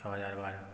छ हज़ार बारह